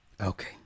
okay